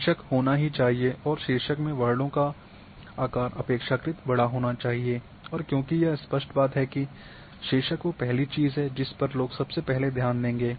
शीर्षक होना ही चाहिए और शीर्षक में वर्णों का आकार अपेक्षाकृत बड़ा होना चाहिए और क्योंकि यह स्पष्ट बात है कि शीर्षक वो पहली चीज़ है जिस पर लोग सबसे पहले ध्यान देंगे